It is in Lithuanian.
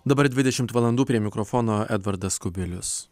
dabar dvidešimt valandų prie mikrofono edvardas kubilius